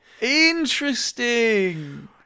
Interesting